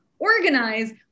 organize